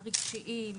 הרגשיים,